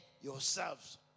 yourselves